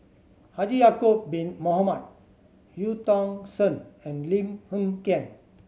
Haji Ya'acob Bin Mohamed Eu Tong Sen and Lim Hng Kiang